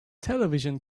television